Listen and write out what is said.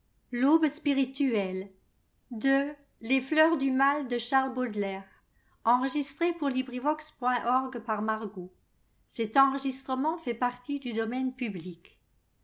vo lontaire les fleurs du mal ne